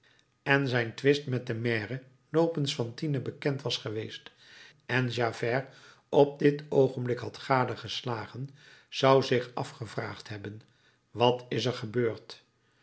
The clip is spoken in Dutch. en zijn twist met den maire nopens fantine bekend was geweest en javert op dit oogenblik had gadegeslagen zou zich afgevraagd hebben wat is er gebeurd